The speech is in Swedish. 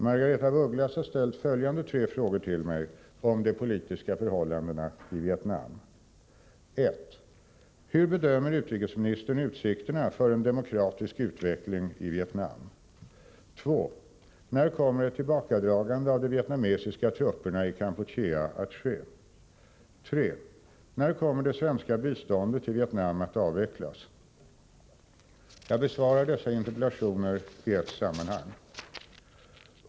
Margaretha af Ugglas har ställt följande tre frågor till mig om de politiska förhållandena i Vietnam: 1. Hur bedömer utrikesministern utsikterna för en demokratisk utveckling i Vietnam? 2. När kommer ett tillbakadragande av de vietnamesiska trupperna i Kampuchea att ske? 3. När kommer det svenska biståndet till Vietnam att avvecklas? Jag besvarar dessa interpellationer i ett sammanhang.